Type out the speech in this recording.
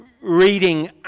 reading